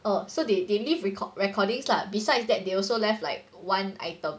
uh so they they leave record recordings lah besides that they also left like one item